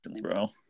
bro